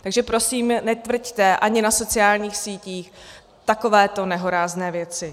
Takže prosím netvrďte, ani na sociálních sítích, takovéto nehorázné věci.